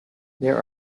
there